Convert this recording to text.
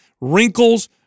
wrinkles